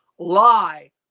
lie